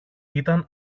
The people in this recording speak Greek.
ήταν